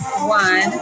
one